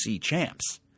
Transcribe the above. champs